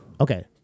Okay